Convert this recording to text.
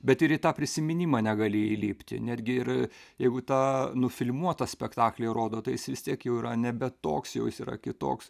bet ir į tą prisiminimą negalėjai įlipti netgi ir jeigu tą nufilmuotą spektaklį rodo tai jis vis tiek jau yra nebe toks jau jis yra kitoks